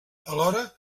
alhora